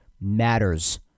matters